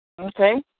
Okay